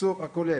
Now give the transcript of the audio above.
התיקצוב הכולל.